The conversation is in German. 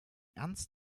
ernst